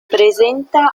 presenta